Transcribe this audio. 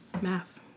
Math